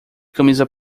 camisa